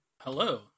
Hello